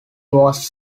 was